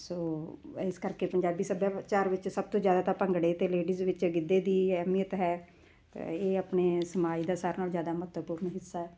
ਸੋ ਇਸ ਕਰਕੇ ਪੰਜਾਬੀ ਸੱਭਿਆਚਾਰ ਵਿੱਚ ਸਭ ਤੋਂ ਜ਼ਿਆਦਾ ਤਾਂ ਭੰਗੜੇ ਅਤੇ ਲੇਡੀਜ਼ ਵਿੱਚ ਗਿੱਧੇ ਦੀ ਅਹਿਮੀਅਤ ਹੈ ਇਹ ਆਪਣੇ ਸਮਾਜ ਦਾ ਸਾਰਿਆਂ ਨਾਲੋਂ ਜ਼ਿਆਦਾ ਮਹੱਤਵਪੂਰਨ ਹਿੱਸਾ